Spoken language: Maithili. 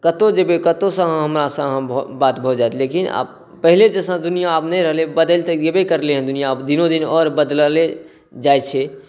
कतौ जेबै कतौसँ अहाँ हमरासँ अहाँ बात भऽ जायत लेकिन पहिले सन दुनिया आब नहि रहलै बदलि तऽ गेबे करलै हँ दुनिया आब धीरे धीरे आओर बदलले जाइ छै